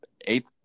eight